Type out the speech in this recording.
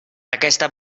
aquesta